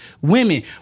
Women